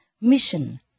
mission